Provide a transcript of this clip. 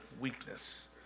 weakness